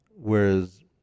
whereas